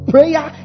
Prayer